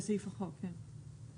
בסעיף החוק, כן.